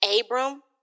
Abram